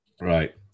Right